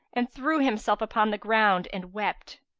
and threw himself upon the ground and wept.